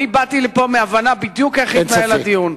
אני באתי לפה בהבנה איך בדיוק יתנהל הדיון,